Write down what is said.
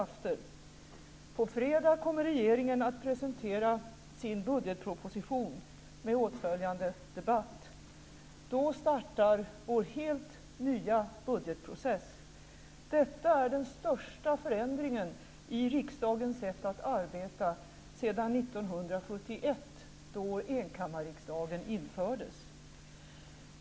På fredag kommer regeringen att presentera sin budgetproposition med åtföljande debatt. Då startar vår helt nya budgetprocess. Detta är den största förändringen i riksdagens sätt att arbeta sedan 1971 då enkammarriksdagen infördes.